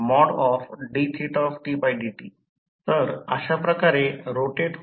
तर आता W S C I 12 Re1 बरोबर पाहिले तर तांब्याचा संपूर्ण कॉपर लॉस समजेल